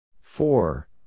Four